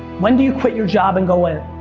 when do you quit your job and go in?